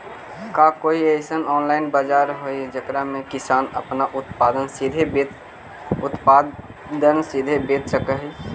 का कोई अइसन ऑनलाइन बाजार हई जेकरा में किसान अपन उत्पादन सीधे बेच सक हई?